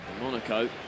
Monaco